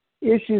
Issues